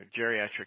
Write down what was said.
geriatric